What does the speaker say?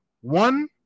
One